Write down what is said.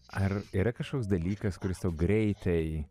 ar yra kažkoks dalykas kuris tau greitai